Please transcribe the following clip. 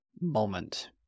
moment